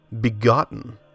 begotten